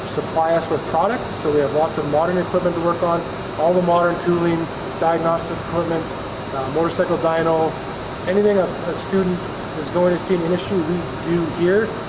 supply us with product so they have lots of modern equipment to work on all the modern tooling diagnostic equipment motorcycle dyno anything a student is going to see an issue we do here